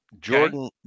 Jordan